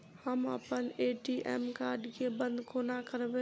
हम अप्पन ATM card केँ बंद कोना करेबै?